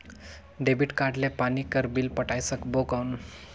Debit card ले पानी कर बिल पटाय सकबो कौन?